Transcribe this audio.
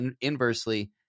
inversely